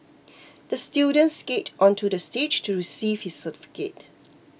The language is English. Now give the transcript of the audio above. the student skated onto the stage to receive his certificate